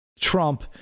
Trump